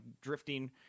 drifting